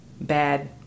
bad